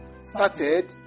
started